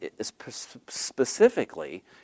Specifically